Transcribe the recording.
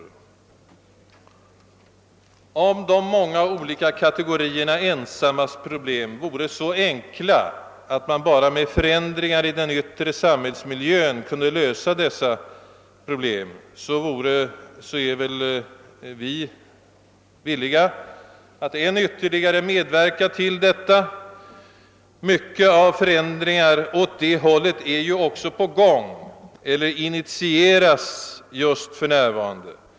Om problemen för de många olika kategorierna av ensamma vore så enkla att man bara med förändringar i den yttre samhällsmiljön kunde lösa dessa problem, vore vi villiga att ytterligare medverka härtill. Många förändringar åt detta håll är ju också på väg eller initieras just för närvarande.